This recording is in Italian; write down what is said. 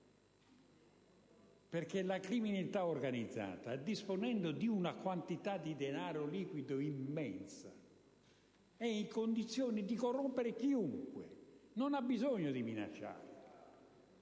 La criminalità organizzata, infatti, disponendo di una quantità di denaro liquido immensa è in condizione di corrompere chiunque, non ha bisogno di minacciare.